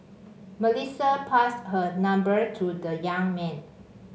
Melissa passed her number to the young man